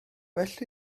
well